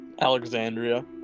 Alexandria